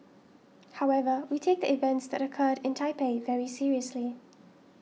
however we take the events that occurred in Taipei very seriously